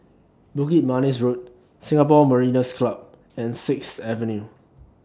Bukit Manis Road Singapore Mariners' Club and Sixth Avenue